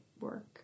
work